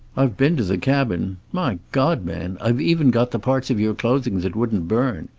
i've been to the cabin. my god, man, i've even got the parts of your clothing that wouldn't burn!